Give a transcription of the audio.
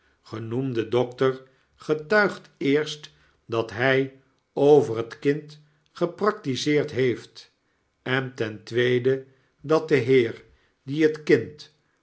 genoemde dokter getuigt eerst dat hy over het kind geraktizeerd heeft en ten tweede dat de heer die het kind